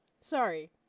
sorry